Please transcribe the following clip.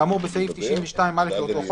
כאמור בסעיף 92(א) לאותו חוק,